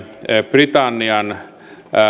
britannian